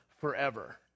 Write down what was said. forever